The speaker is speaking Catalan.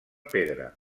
pedra